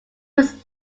was